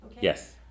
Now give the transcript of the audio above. Yes